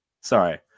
sorry